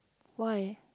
why